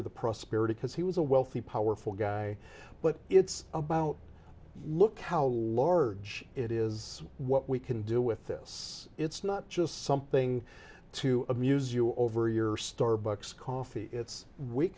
or the prosperity because he was a wealthy powerful guy but it's about look how large it is what we can do with this it's not just something to amuse you over your starbucks coffee it's we